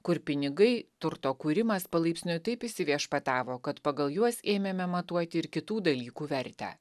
kur pinigai turto kūrimas palaipsniui taip įsiviešpatavo kad pagal juos ėmėme matuoti ir kitų dalykų vertę